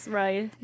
right